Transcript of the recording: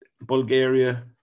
Bulgaria